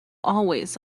always